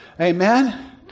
Amen